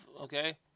okay